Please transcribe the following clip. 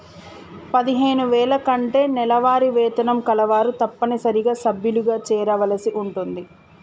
పదిహేను వేల కంటే నెలవారీ వేతనం కలవారు తప్పనిసరిగా సభ్యులుగా చేరవలసి ఉంటుంది